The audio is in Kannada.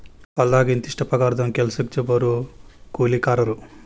ಹೊಲದಾಗ ಇಂತಿಷ್ಟ ಪಗಾರದಂಗ ಕೆಲಸಕ್ಜ ಬರು ಕೂಲಿಕಾರರು